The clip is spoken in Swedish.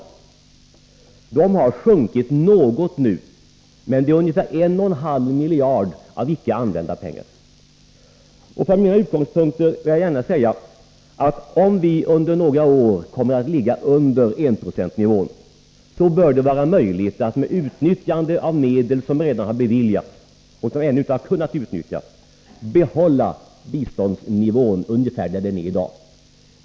Det beloppet har sjunkit något nu, men det är ungefär 1,5 miljarder av icke använda pengar. Från mina utgångspunkter vill jag gärna säga att om vi under några år kommer att ligga under enprocentsnivån, bör det vara möjligt att med utnyttjande av medel som redan har beviljats och som ännu inte har kunnat utnyttjas behålla biståndsnivån ungefär där den är i dag.